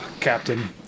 Captain